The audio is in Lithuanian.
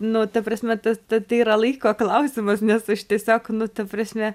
nu ta prasme tas ta tai yra laiko klausimas nes aš tiesiog nu ta prasme